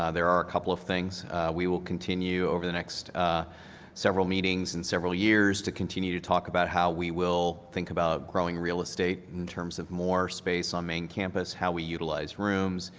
ah they're are a couple of things we will continue over the next several meetings and several years to continue to talk about how we will think about growing real estate in terms of more space on main campus, how we utilize rooms,